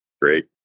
great